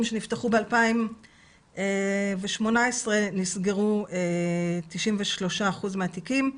שנפתחו ב-2018 נסגרו 93% מהתיקים,